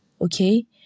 okay